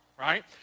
right